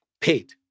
paid